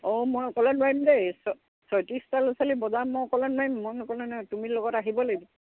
অঁ মই অকলে নোৱাৰিম দেই ছয়ত্ৰিছটা ল'ৰা ছোৱালী বজাৰত মই অকলে নোৱাৰিম মই নক'লে নাই তুমি লগত আহিবই লাগিব